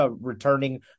returning